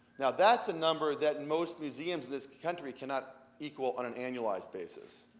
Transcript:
now, that's a number that most museums in this country cannot equal on an annualized basis.